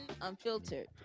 Unfiltered